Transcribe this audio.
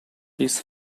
his